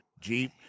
jeep